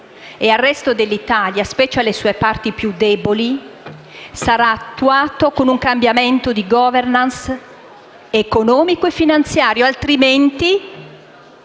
e al resto dell'Italia, in special modo alle sue parti più deboli - sarà attuato con un cambiamento di *governance* economico e finanziario. Altrimenti,